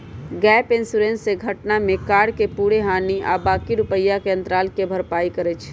gap insurance से घटना में कार के पूरे हानि आ बाँकी रुपैया के अंतराल के भरपाई करइ छै